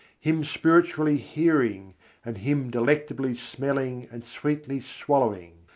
him spiritually hearing and him delectably smelling and sweetly swallowing,